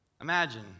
Imagine